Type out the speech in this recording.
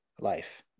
life